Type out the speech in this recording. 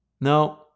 No